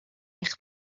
eich